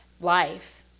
life